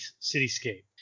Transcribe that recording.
cityscape